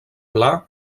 pla